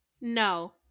No